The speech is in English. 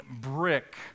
brick